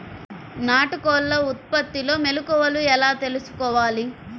నాటుకోళ్ల ఉత్పత్తిలో మెలుకువలు ఎలా తెలుసుకోవాలి?